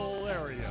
area